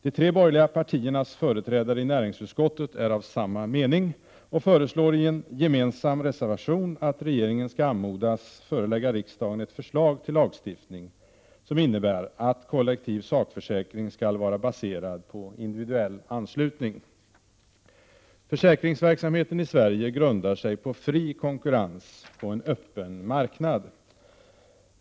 De tre borgerliga partiernas företrädare i näringsutskottet är av samma mening och föreslår i en gemensam reservation att regeringen skall anmodas förelägga riksdagen ett förslag till lagstiftning som innebär att kollektiv sakförsäkring skall vara baserad på individuell anslutning. Försäkringsverksamheten i Sverige grundar sig på fri konkurrens på en öppen marknad.